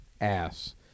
ass